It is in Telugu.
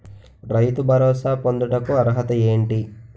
రైతు భరోసా పొందుటకు అర్హత ఏంటి?